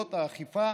בפעולות האכיפה